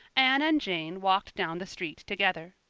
anne and jane walked down the street together.